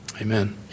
Amen